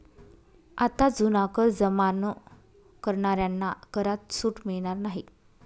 आता जुना कर जमा न करणाऱ्यांना करात सूट मिळणार नाही